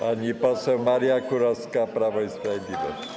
Pani poseł Maria Kurowska, Prawo i Sprawiedliwość.